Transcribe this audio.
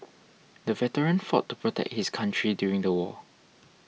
the veteran fought to protect his country during the war